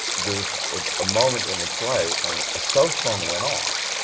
there was a moment in the play and a cell phone went off,